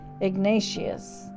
Ignatius